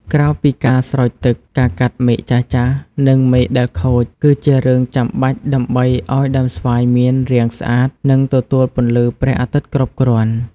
ក្រៅពីការស្រោចទឹក ការកាត់មែកចាស់ៗ និងមែកដែលខូច គឺជារឿងចាំបាច់ដើម្បីឲ្យដើមស្វាយមានរាងស្អាត និងទទួលពន្លឺព្រះអាទិត្យគ្រប់គ្រាន់។